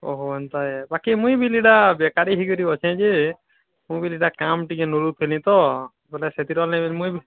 ଓହୋ ଏନ୍ତା ହେଁ ବାକି ମୁଇଁ ବି ବେପାରୀ ହେଇକରି ଅଛେ ଯେ ମୁଁ ବି କାମ୍ ବୋଲେ ସେଥି ଡରଲାଗି ମୁଇଁ ବି